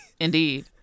Indeed